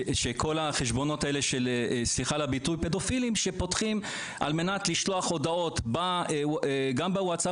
חשבונות של פדופילים שפותחים על מנת לשלוח הודעות באינסטגרם.